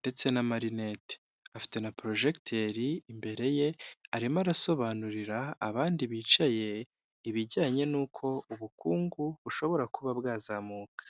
ndetse n'amarinete, afite na porojegiteri imbere ye, arimo arasobanurira abandi bicaye ibijyanye n'uko ubukungu bushobora kuba bwazamuka.